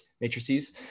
matrices